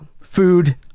Food